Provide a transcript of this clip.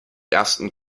ersten